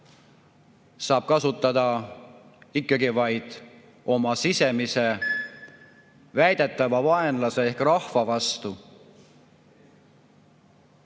saab kasutada ikkagi vaid oma sisemise väidetava vaenlase ehk rahva vastu.